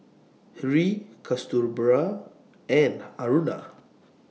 Hri Kasturba and Aruna